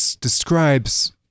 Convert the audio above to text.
describes